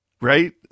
right